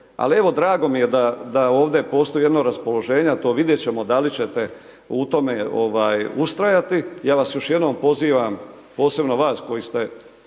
Ali, evo drago mi je da ovdje postoji jedno raspoloženje, eto vidjet ćemo da li ćete u tome ovaj ustrajati. Ja vas još jednom pozivam, posebno vas koji ste